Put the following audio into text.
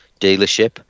dealership